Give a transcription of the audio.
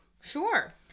sure